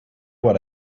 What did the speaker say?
what